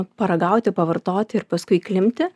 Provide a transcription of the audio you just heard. paragauti pavartoti ir paskui įklimpti